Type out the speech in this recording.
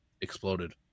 exploded